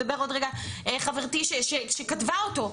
ותדבר עוד רגע חברתי שכתבה אותו,